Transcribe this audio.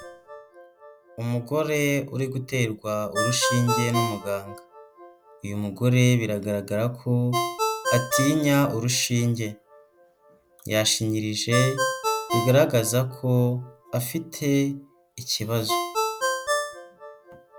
Umugore uri guterwa urushinge n'umuganga, uyu mugore biragaragara ko atinya urushinge, yashinyirije bigaragaza ko afite ikibazo.